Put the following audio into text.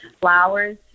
flowers